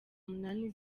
munani